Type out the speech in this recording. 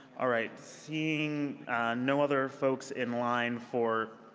all right. seeing no other folks in line for